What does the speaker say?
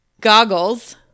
goggles